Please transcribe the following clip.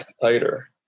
tighter